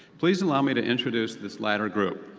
please allow me to introduce this latter group.